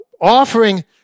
offering